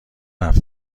حرف